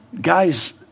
Guys